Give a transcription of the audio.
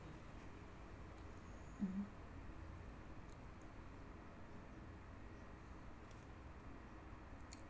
mmhmm